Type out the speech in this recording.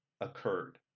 occurred